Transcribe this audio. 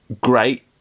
great